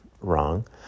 wrong